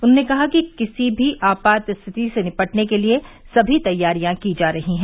उन्होंने कहा कि किसी भी आपात स्थिति से निपटने के लिए सभी तैयारियां की जा रही हैं